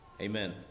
Amen